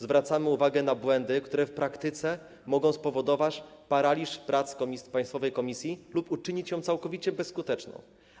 Zwracamy uwagę na błędy, które w praktyce mogą spowodować paraliż prac państwowej komisji lub uczynić ją całkowicie nieskuteczną.